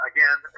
Again